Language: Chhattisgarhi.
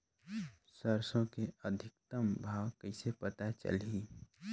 सरसो के अधिकतम भाव कइसे पता चलही?